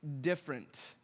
Different